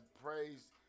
Praise